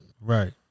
Right